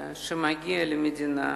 מגיע למדינה,